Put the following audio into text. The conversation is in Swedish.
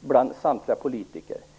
bland samtliga politiker.